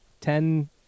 ten